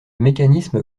mécanisme